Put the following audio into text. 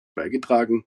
beigetragen